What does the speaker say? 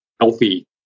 healthy